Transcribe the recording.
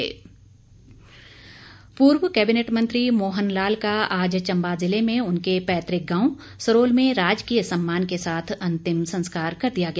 अंतिम संस्कार पूर्व कैबिनेट मंत्री मोहन लाल का आज चंबा जिले में उनके पैतुक गांव सरोल में राजकीय सम्मान के साथ अंतिम संस्कार कर दिया गया